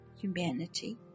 humanity